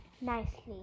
nicely